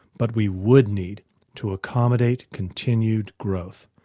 but we would need to accommodate continued growth.